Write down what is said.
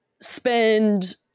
spend